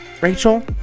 Rachel